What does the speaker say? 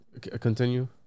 continue